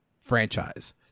franchise